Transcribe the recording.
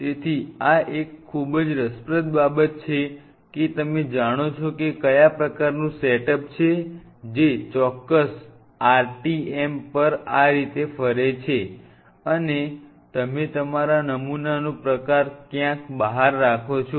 તેથી આ એક ખૂબ જ રસપ્રદ બાબત છે કે તમે જાણો છો કે કયા પ્રકારનું સેટઅપ છે જે ચોક્કસ RTM પર આ રીતે ફરે છે અને તમે તમારા નમૂનાનો પ્રકાર ક્યાંક બહાર રાખો છો